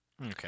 Okay